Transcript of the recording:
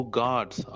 gods